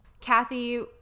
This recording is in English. Kathy